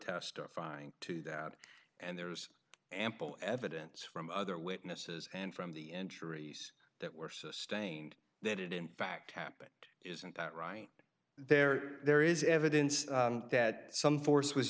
testifying to that and there's ample evidence from other witnesses and from the injuries that were sustained they did in fact happen isn't that right there there is evidence that some force was